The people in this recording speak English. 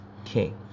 okay